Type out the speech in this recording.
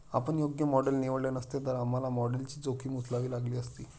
आपण योग्य मॉडेल निवडले नसते, तर आम्हाला मॉडेलची जोखीम उचलावी लागली असती